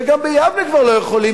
וגם ביבנה כבר לא יכולים,